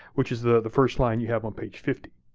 which was the the first line you have on page fifty.